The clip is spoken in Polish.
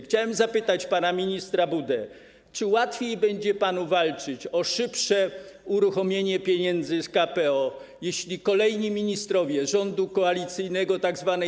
Chciałem zapytać pana ministra Budę, czy łatwiej będzie panu walczyć o szybsze uruchomienie pieniędzy z KPO, jeśli kolejni ministrowie rządu koalicyjnego tzw.